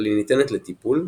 אבל היא ניתנת לטיפול,